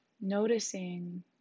noticing